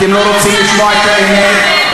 אתם לא רוצים לשמוע את האמת,